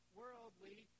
worldly